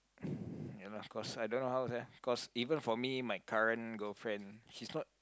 ya lah of course I don't know how sia cause even for me my current girlfriend she's not